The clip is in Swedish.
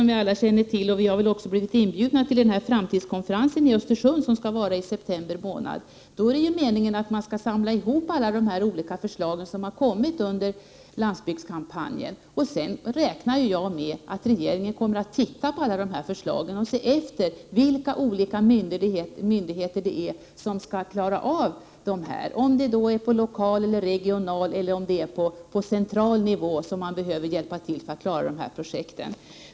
Vi alla har väl blivit inbjudna till framtidskonferensen i september i Östersund. Då är meningen, som alla känner till, att samtliga förslag under landsbygdskampanjen skall samlas ihop. Sedan räknar jag med att regeringen kommer att se på alla förslagen och undersöka vilka olika myndigheter som skall klara av det hela — om det blir på lokal, regional eller central nivå som man behöver hjälpa till för att genomföra projekten.